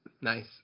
Nice